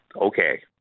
Okay